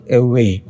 away